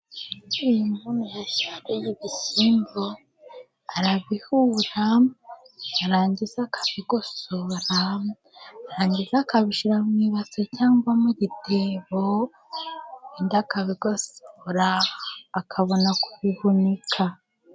Iyi nkono yashyiramo ibishyimbo arabihura yarangiza akabigosora, yarangiza akabishyira mu ibase cyangwa mu gitebo ibindi akabigosora akabona kubihunika.